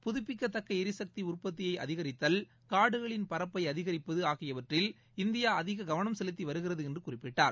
புதுப்பிக்கத்தக்க எரிசக்தி உற்பத்தியை அதிகரித்தல் காடுகளின் பரப்பை அதிகரிப்பது ஆகியவற்றில் இந்தியா அதிக கவனம் செலுத்தி வருகிறது என்று குறிப்பிட்டார்